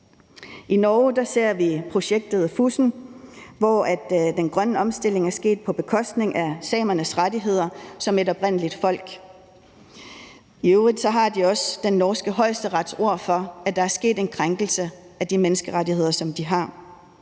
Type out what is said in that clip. I Norge ser vi projektet Fosen, hvor den grønne omstilling er sket på bekostning af samernes rettigheder som et oprindeligt folk. I øvrigt har de også den norske højesterets ord for, at der er sket en krænkelse af de menneskerettigheder, som de har.